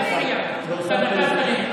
תם הזמן,